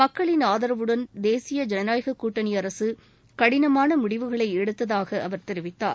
மக்களின் ஆதரவுடன் தேசிய ஜனநாயக கூட்டணி அரசு கடினமான முடிவுகளை எடுக்க இயலுவதாக பிரதமர் தெரிவித்தார்